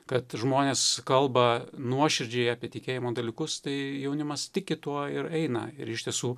kad žmonės kalba nuoširdžiai apie tikėjimo dalykus tai jaunimas tiki tuo ir eina ir iš tiesų